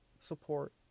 support